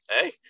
Hey